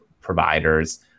providers